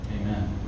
Amen